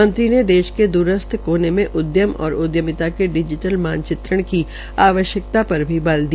मंत्री ने देश के द्रस्थ कामे में उदयम और उदयमिता के डिजीटल मान चित्रण की आवश्यकता पर भी बल दिया